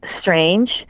strange